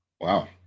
Wow